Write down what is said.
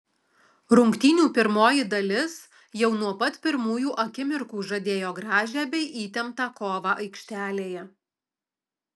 rungtynių pirmoji dalis jau nuo pat pirmųjų akimirkų žadėjo gražią bei įtemptą kovą aikštelėje